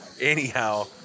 anyhow